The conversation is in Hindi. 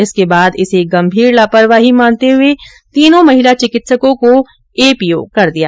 इसके बाद इसे गंभीर लापरवाही मानते हुए तीनों महिला चिकित्सकों को एपीओ कर दिया गया